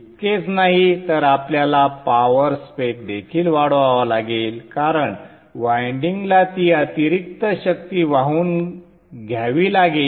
इतकेच नाही तर आपल्याला पॉवर स्पेक देखील वाढवावा लागेल कारण वायंडिंगला ती अतिरिक्त शक्ती वाहून घ्यावी लागेल